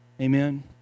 Amen